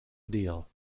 deal